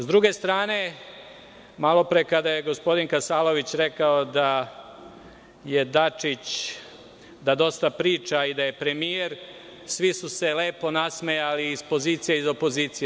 S druge strane, malo pre kada je gospodin Kasalović rekao da Dačić dosta priča i da je premijer, svi su se lepo nasmejali iz pozicije i iz opozicije.